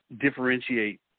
differentiate